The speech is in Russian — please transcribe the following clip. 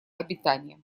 обитания